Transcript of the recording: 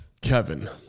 Kevin